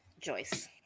Joyce